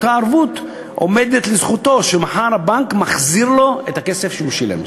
אותה ערבות עומדת לזכותו ומחר הבנק מחזיר לו את הכסף שהוא שילם.